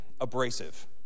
abrasive